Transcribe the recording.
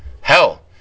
hell